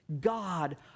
God